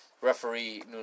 Referee